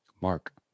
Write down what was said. Mark